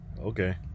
okay